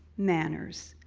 manners,